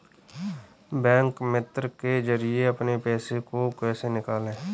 Bank मित्र के जरिए अपने पैसे को कैसे निकालें?